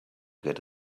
get